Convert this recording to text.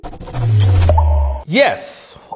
Yes